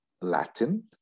Latin